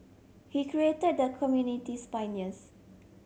he credited the community's pioneers